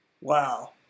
Wow